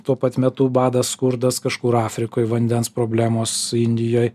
tuo pat metu badas skurdas kažkur afrikoj vandens problemos indijoj